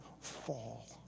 fall